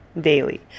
daily